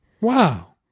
Wow